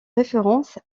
référence